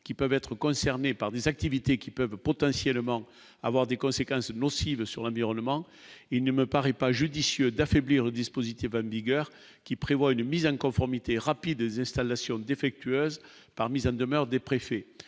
qui peuvent être concernés par des activités qui peuvent potentiellement avoir des conséquences nocives sur l'environnement, il ne me paraît pas judicieux d'affaiblir le dispositif Van vigueur qui prévoit une mise en conformité rapide des installations défectueuses par mise en demeure des préfets,